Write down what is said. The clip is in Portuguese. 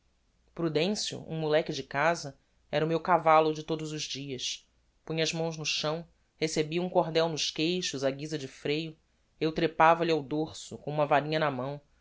prudencio um moleque de casa era o meu cavallo de todos os dias punha as mãos no chão recebia um cordel nos queixos á guisa de freio eu trepava lhe ao dorso com uma varinha na mão